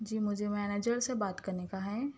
جی مجھے منیجر سے بات کرنے کا ہے